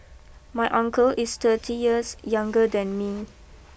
my uncle is thirty years younger than me